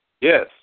Yes